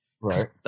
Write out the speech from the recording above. Right